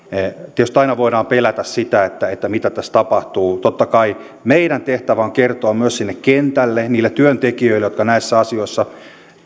tietysti aina voidaan pelätä sitä mitä tässä tapahtuu totta kai meidän tehtävämme on kertoa myös sinne kentälle niille työntekijöille jotka näissä asioissa